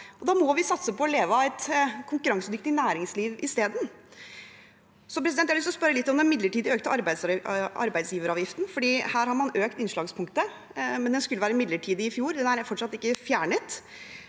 Da må vi satse på å leve av et konkurransedyktig næringsliv i stedet. Jeg har lyst å spørre litt om den midlertidig økte arbeidsgiveravgiften. Her har man økt innslagspunktet. Den skulle være midlertidig i fjor, men den er fortsatt ikke fjernet.